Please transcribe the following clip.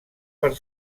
per